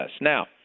Now